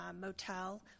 Motel